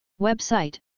Website